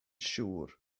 siŵr